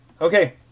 Okay